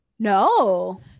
No